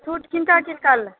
shoot किनका किनका लऽ